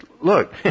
look